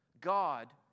God